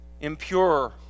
impure